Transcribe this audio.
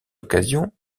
occasion